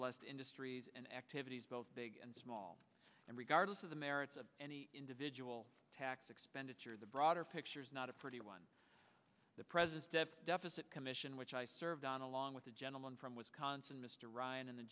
blessed industries and activities both big and small and regardless of the merits of individual tax expenditure the broader picture is not a pretty one the president deficit commission which i served on along with the gentleman from wisconsin mr ryan and the